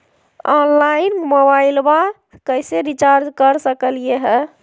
Online मोबाइलबा कैसे recharge कर सकलिए है?